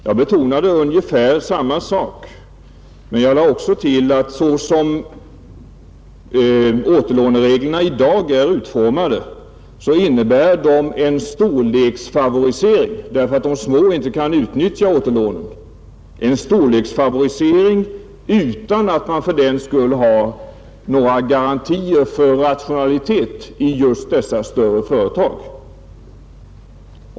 Jag betonade ungefär samma sak, men jag lade också till att såsom återlånereglerna i dag är utformade innebär de en storleksfavorisering därför att de små inte kan utnyttja återlånen, en storleksfavorisering utan att man fördenskull har några garantier för rationalitet i just dessa större företag.